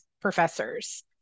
professors